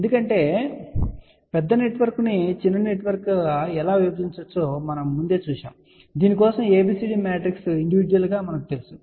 ఎందుకంటే పెద్ద నెట్వర్క్ను చిన్న నెట్వర్క్గా ఎలా విభజించవచ్చో మనం ముందే చూశాము దీని కోసం ABCD మ్యాట్రిక్స్ ఇండివిడ్యువల్ గా మనకు తెలుసు